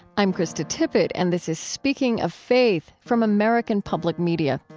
i'm krista tippett and this is speaking of faith from american public media.